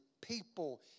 people